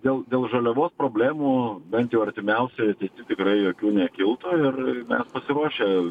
dėl dėl žaliavos problemų bent jau artimiausioj ateity tikrai jokių nekiltų ir ir mes pasiruošę